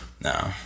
No